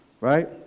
Right